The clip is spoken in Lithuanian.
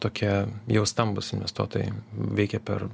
tokie jau stambūs investuotojai veikia per